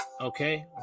Okay